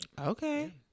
Okay